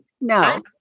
no